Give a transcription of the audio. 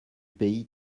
pays